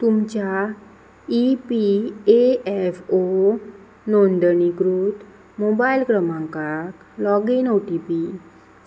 तुमच्या E P F O ओ नोंदणीकृत मोबायल क्रमांकाक लॉगीन ओ टी पी